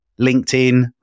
LinkedIn